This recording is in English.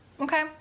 Okay